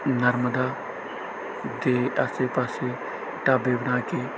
ਨਰਮਦਾ ਦੇ ਆਸੇ ਪਾਸੇ ਢਾਬੇ ਬਣਾ ਕੇ